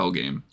game